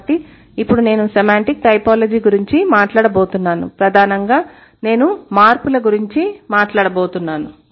కాబట్టి ఇప్పుడు నేను సెమాంటిక్ టైపోలాజీ గురించి మాట్లాడబోతున్నాను ప్రధానంగా నేను మార్పుల గురించి మాట్లాడబోతున్నాను